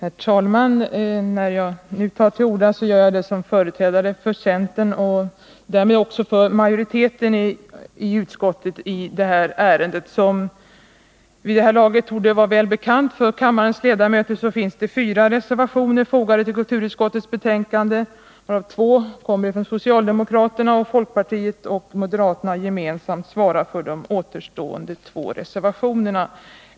Herr talman! När jag nu tar till orda gör jag det som företrädare för centern och därmed också för majoriteten i utskottet i detta ärende. Som vid det här laget torde vara väl bekant för kammarens ledamöter finns det fyra reservationer fogade till kulturutskottets betänkande, varav socialdemokraterna svarar för två och folkpartiet och moderaterna gemensamt svarar för de återstående två reservationerna.